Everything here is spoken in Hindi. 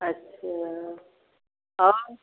अच्छा और